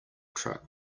truck